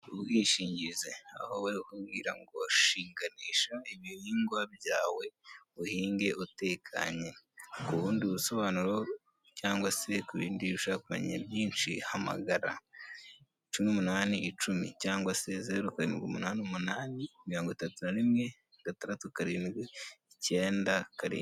Ubwishingizi aho wowe ubwira ngo shinganisha ibihingwa byawe uhinge utekanye ku bundi busobanuro cyangwa se ku bindi bishakanye byinshi hamagara cumi n'umunani icumi cyangwa se zerukanye umunani umunani mirongo itatu na rimwe gatandatu karindwi icyenda karindwi.